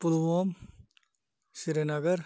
Pulwama Srinagar